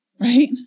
Right